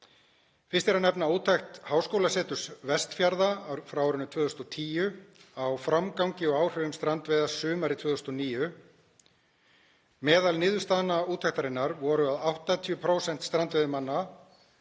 Fyrst er að nefna úttekt Háskólaseturs Vestfjarða frá árinu 2010 á framgangi og áhrifum strandveiða sumarið 2009. Meðal niðurstaðna úttektarinnar var að 80% strandveiðimanna